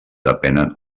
depenen